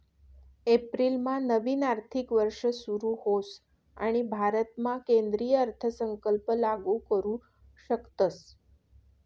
एप्रिलमा नवीन आर्थिक वर्ष सुरू होस आणि भारतामा केंद्रीय अर्थसंकल्प लागू करू शकतस